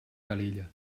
calella